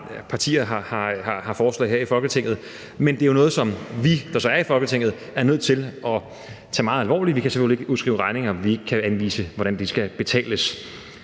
regeringen har forslag her i Folketinget, men det er jo noget, som vi, der så er i Folketinget, er nødt til at tage meget alvorligt. Vi kan selvfølgelig ikke udskrive regninger, vi ikke kan anvise hvordan skal betales.